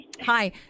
Hi